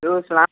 hello السلام